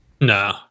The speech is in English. no